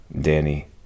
Danny